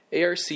ARC